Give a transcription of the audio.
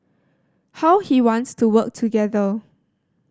how he wants to work together